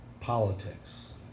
politics